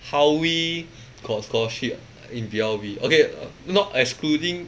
howie got scholarship in P_L_B okay or not excluding